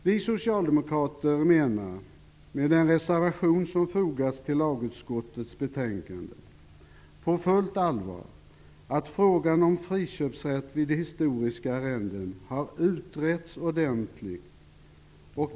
Vi socialdemokrater menar, med den reservation som fogats till lagutskottets betänkande, på fullt allvar att frågan om friköpsrätt vid historiska arrenden har utretts ordentligt.